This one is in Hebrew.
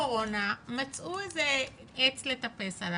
זה מה שביקשנו בפעם הקודמת.